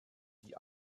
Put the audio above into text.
die